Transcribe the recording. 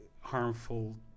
harmful